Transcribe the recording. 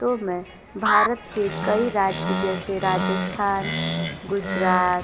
तो मैं भारत के कई राज्य जैसे राजस्थान गुजरात